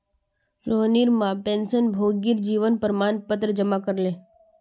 रोहिणीर मां पेंशनभोगीर जीवन प्रमाण पत्र जमा करले